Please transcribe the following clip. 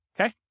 Okay